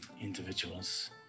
individuals